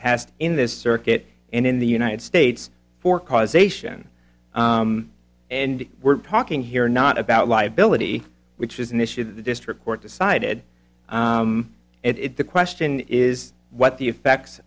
test in this circuit and in the united states for causation and we're talking here not about liability which is an issue that the district court decided it the question is what the effects